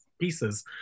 pieces